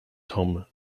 tom